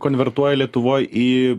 konvertuoja lietuvoj į